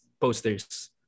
posters